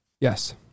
Yes